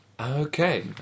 Okay